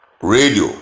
Radio